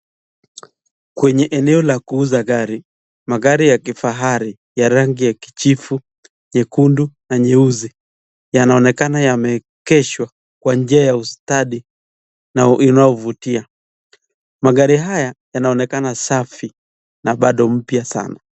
Kwenye eneo la kuuza gari, magari ya kifahari ya rangi ya kijivu, nyekundu na nyeusi. Yanaonekana yameegeshwa kwa njia ya ustadi unaovutia. Magari haya yanaonekana safi na bado mpya sana.